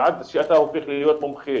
ועד שאתה הופך להיות מומחה,